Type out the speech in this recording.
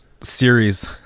series